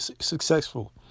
successful